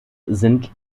sind